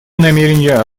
намерение